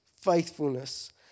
faithfulness